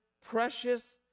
precious